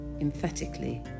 emphatically